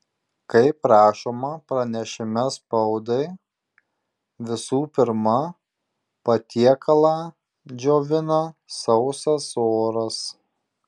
kaip rašoma pranešime spaudai visų pirma patiekalą džiovina sausas oras